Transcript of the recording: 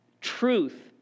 Truth